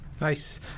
nice